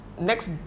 next